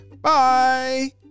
Bye